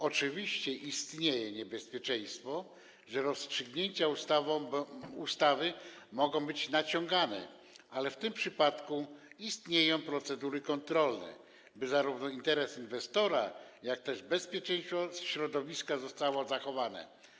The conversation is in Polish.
Oczywiście istnieje niebezpieczeństwo, że rozstrzygnięcia ustawy mogą być naciągane, ale w tym przypadku istnieją procedury kontrolne, by zarówno interes inwestora, jak i bezpieczeństwo środowiska zostały zachowane.